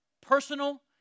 personal